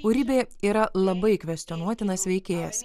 uribė yra labai kvestionuotinas veikėjas